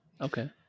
Okay